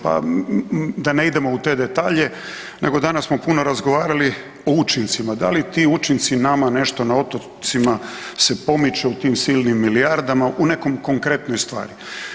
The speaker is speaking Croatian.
Pa da ne idemo u te detalje, nego danas smo puno razgovarali o učincima, da li ti učinci nama nešto na otocima se pomiče u tim silnim milijardama u nekoj konkretnoj stvari.